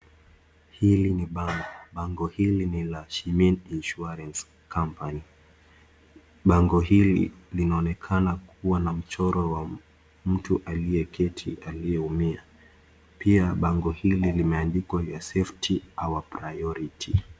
Hili ni bango. Bango hili ni la Shimini Insuarance Company. Bango hili linaonekana kuwa na mchoro wa mtu aliyeketi, aliyeumia. Pia bango hili limeandikwa your safety our priority .